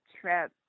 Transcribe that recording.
trip